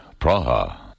Praha